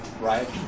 right